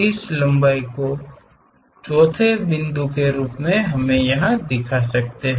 इस लंबाई को 4 वें बिंदु के रूप में हम यहा दिखा सकते हैं